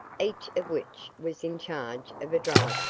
each of which was in charge of a driver.